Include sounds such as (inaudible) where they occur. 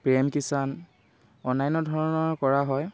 (unintelligible) অনান্য ধৰণৰ কৰা হয়